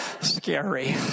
scary